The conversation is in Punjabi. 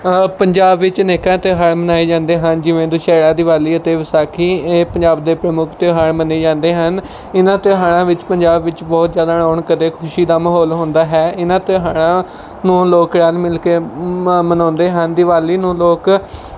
ਪੰਜਾਬ ਵਿੱਚ ਅਨੇਕਾਂ ਤਿਉਹਾਰ ਮਨਾਏ ਜਾਂਦੇ ਹਨ ਜਿਵੇਂ ਦੁਸ਼ਹਿਰਾ ਦੀਵਾਲੀ ਅਤੇ ਵਿਸਾਖੀ ਇਹ ਪੰਜਾਬ ਦੇ ਪ੍ਰਮੁੱਖ ਤਿਉਹਾਰ ਮੰਨੇ ਜਾਂਦੇ ਹਨ ਇਹਨਾਂ ਤਿਉਹਾਰਾਂ ਵਿੱਚ ਪੰਜਾਬ ਵਿੱਚ ਬਹੁਤ ਜ਼ਿਆਦਾ ਰੌਣਕ ਅਤੇ ਖੁਸ਼ੀ ਦਾ ਮਾਹੌਲ ਹੁੰਦਾ ਹੈ ਇਹਨਾਂ ਤਿਉਹਾਰਾਂ ਨੂੰ ਲੋਕ ਰਲ ਮਿਲ ਕੇ ਮ ਮਨਾਉਂਦੇ ਹਨ ਦੀਵਾਲੀ ਨੂੰ ਲੋਕ